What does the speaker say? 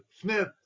Smith